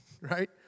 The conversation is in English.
Right